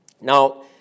Now